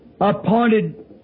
appointed